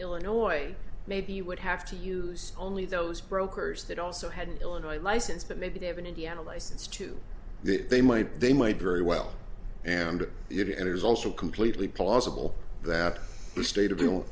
illinois maybe you would have to use only those brokers that also had an illinois license but maybe they have an indiana license to that they might they might very well and it and it is also completely plausible that the state of